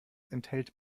enthält